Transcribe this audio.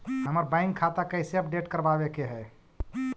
हमर बैंक खाता कैसे अपडेट करबाबे के है?